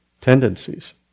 tendencies